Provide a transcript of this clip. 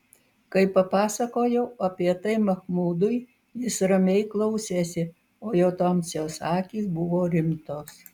kai papasakojau apie tai machmudui jis ramiai klausėsi o jo tamsios akys buvo rimtos